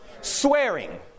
Swearing